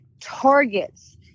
targets